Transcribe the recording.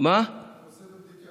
נעשה בדיקה.